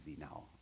now